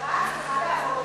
המשטרה צריכה לעבוד באחוזים.